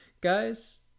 guys